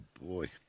Boy